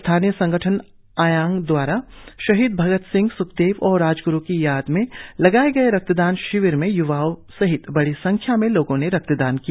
स्थानीय संगठन आयांग दवारा शहीद भगत सिंह सुखदेव और राजग्रु की याद में लगाये गए रक्तदान इस शिविर में य्वाओं सहित बड़ी संख्या में लोगों ने रक्तदान किया